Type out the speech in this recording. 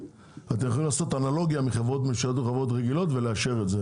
אתם יכולים לעשות אנלוגיה מחברות ממשלתיות רגילות ולאשר את זה,